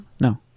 No